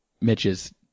Mitch's